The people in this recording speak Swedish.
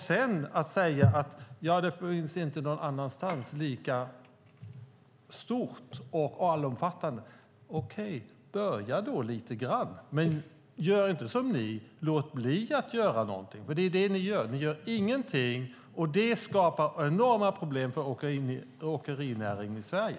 Sedan säger man att det inte finns någon annanstans, lika stort och allomfattande. Okej, börja då lite grann! Men gör inte som ni gör! Ni låter bli att göra någonting. Det är det ni gör. Ni gör ingenting, och det skapar enorma problem för åkerinäringen i Sverige.